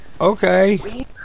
okay